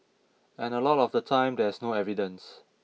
and a lot of the time there's no evidence